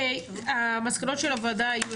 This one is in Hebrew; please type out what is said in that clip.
המסקנות של הוועדה יהיו,